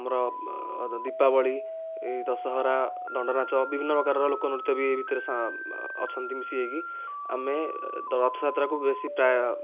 ଆମର ଦୀପାବଳି ଦଶହରା ଦଣ୍ଡନାଚ ବିଭିନ୍ନ ପ୍ରକାରର ଲୋକନୃତ୍ୟ ବି ଏହି ଭିତରେ ଅଛନ୍ତି ମିଶି ହେଇକି ଆମେ ରଥଯାତ୍ରାକୁ ବେଶି ପ୍ରାୟ